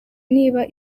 niba